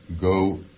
go